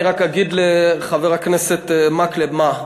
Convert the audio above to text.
אני רק אגיד לחבר הכנסת מקלב: מה,